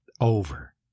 over